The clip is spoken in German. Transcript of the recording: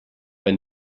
ein